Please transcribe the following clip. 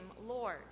Lord